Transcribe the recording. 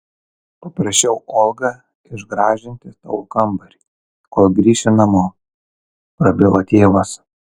paprašiau olgą išgražinti tavo kambarį kol grįši namo prabilo tėvas